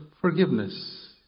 forgiveness